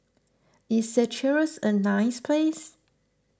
is Seychelles a nice place